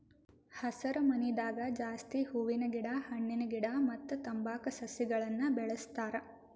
ಹಸರಮನಿದಾಗ ಜಾಸ್ತಿ ಹೂವಿನ ಗಿಡ ಹಣ್ಣಿನ ಗಿಡ ಮತ್ತ್ ತಂಬಾಕ್ ಸಸಿಗಳನ್ನ್ ಬೆಳಸ್ತಾರ್